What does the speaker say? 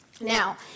Now